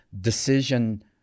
decision